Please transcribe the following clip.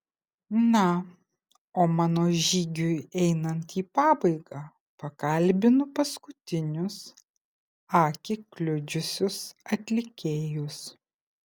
na o mano žygiui einant į pabaigą pakalbinu paskutinius akį kliudžiusius atlikėjus